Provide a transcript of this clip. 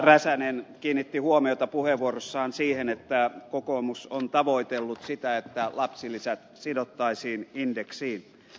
räsänen kiinnitti huomiota puheenvuorossaan siihen että kokoomus on tavoitellut sitä että lapsilisät sidottaisiin indeksiin